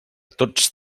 tots